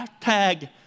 Hashtag